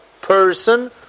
person